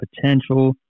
potential